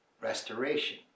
restoration